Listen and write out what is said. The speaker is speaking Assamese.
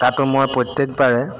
তাতো মই প্ৰত্যেকবাৰে